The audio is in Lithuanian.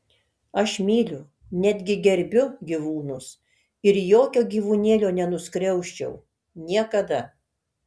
aš myliu netgi gerbiu gyvūnus ir jokio gyvūnėlio nenuskriausčiau niekada